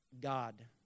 God